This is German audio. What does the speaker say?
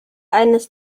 eines